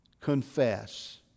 confess